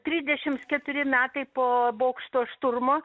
trisdešims keturi metai po bokšto šturmo